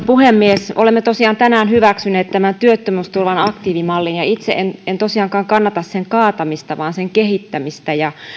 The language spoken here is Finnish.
puhemies olemme tosiaan tänään hyväksyneet tämän työttömyysturvan aktiivimallin itse en en tosiaankaan kannata sen kaatamista vaan sen kehittämistä